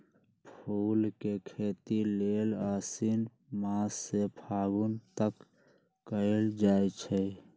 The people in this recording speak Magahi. फूल के खेती लेल आशिन मास से फागुन तक कएल जाइ छइ